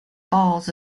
falls